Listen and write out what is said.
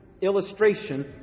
illustration